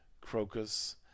crocus